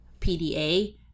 PDA